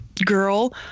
girl